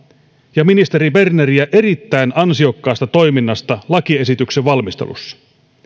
ja ministeri berneriä erittäin ansiokkaasta toiminnasta lakiesityksen valmistelussa